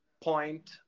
point